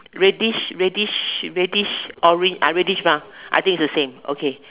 reddish reddish reddish orange uh reddish brown I think it's the same okay